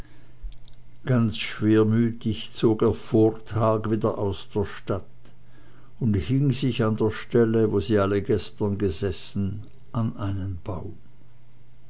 ganz schwermütig zog er vor tag wieder aus der stadt und hing sich an der stelle wo sie alle gestern gesessen an einen baum